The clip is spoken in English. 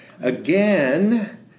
Again